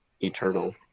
eternal